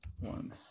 one